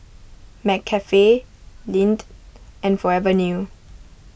McCafe Lindt and Forever New